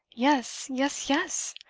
yes! yes! yes!